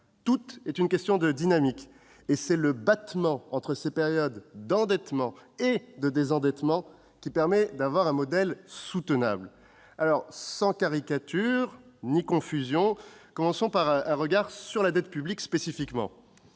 Tout est question de dynamique : c'est le battement entre ces périodes d'endettement et de désendettement qui permet d'avoir un modèle soutenable. Sans caricature ni confusion, portons d'abord un regard sur la dette publique. Je commencerai